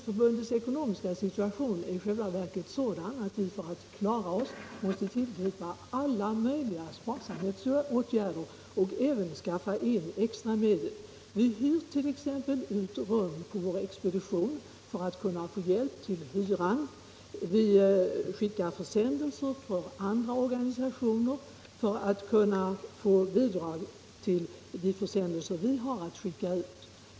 Förbundets ekonomiska situation är i själva — läggningstiden vid verket sådan att vi för att klara oss måste tillgripa alla möjliga spar = länsskatterätt samhetsåtgärder och även skaffa in extra medel. Vi hyr t.ex. ut rum på vår expedition för att få hjälp till hyran. Vi skickar försändelser för andra organisationers räkning för att kunna få bidrag till de försändelser som vi har att skicka ut.